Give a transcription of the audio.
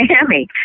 Miami